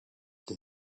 they